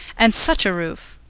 and such a roof!